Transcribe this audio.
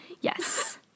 Yes